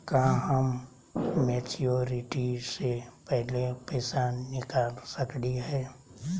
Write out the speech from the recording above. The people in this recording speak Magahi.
का हम मैच्योरिटी से पहले पैसा निकाल सकली हई?